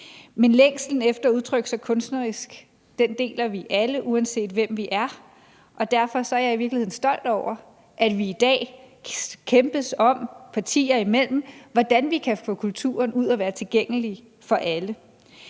Men længslen efter at udtrykke sig kunstnerisk deler vi alle, uanset hvem vi er, og derfor er jeg i virkeligheden stolt over, at vi i dag kæmpes om, partier imellem, hvordan vi kan få kulturen ud at være tilgængelig for alle.